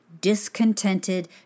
discontented